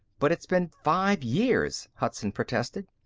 but it's been five years, hudson protested.